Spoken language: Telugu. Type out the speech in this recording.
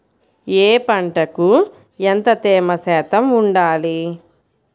ఏ పంటకు ఎంత తేమ శాతం ఉండాలి?